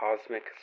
cosmic